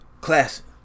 Classic